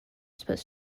supposed